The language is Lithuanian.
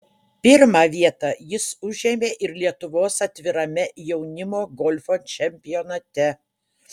pirmą vietą jis užėmė ir lietuvos atvirame jaunimo golfo čempionate